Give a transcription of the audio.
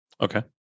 Okay